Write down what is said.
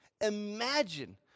Imagine